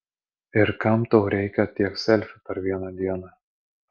ir kam tau reikia tiek selfių per vieną dieną